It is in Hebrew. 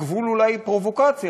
על גבול אולי הפרובוקציה,